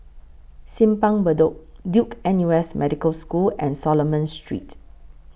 Simpang Bedok Duke N U S Medical School and Solomon Street